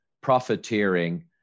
profiteering